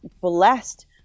blessed